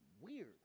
weird